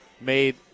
made